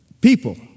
people